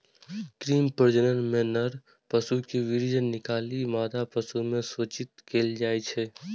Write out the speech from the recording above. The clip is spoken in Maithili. कृत्रिम प्रजनन मे नर पशु केर वीर्य निकालि मादा पशु मे सेचित कैल जाइ छै